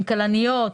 עם כלניות,